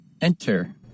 Enter